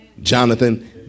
Jonathan